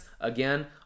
Again